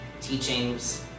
teachings